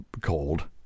cold